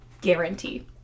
guarantee